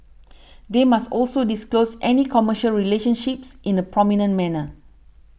they must also disclose any commercial relationships in a prominent manner